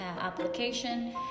application